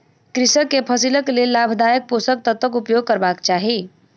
कृषक के फसिलक लेल लाभदायक पोषक तत्वक उपयोग करबाक चाही